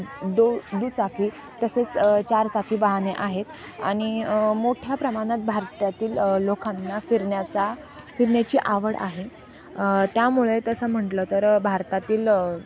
दो दुचाकी तसेच चारचाकी वाहने आहेत आणि मोठ्या प्रमाणात भारतातील लोकांना फिरण्याचा फिरण्याची आवड आहे त्यामुळे तसं म्हटलं तर भारतातील